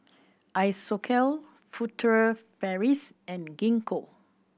Isocal Furtere Paris and Gingko